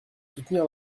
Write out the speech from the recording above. soutenir